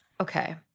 Okay